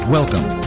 Welcome